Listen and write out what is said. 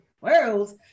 world's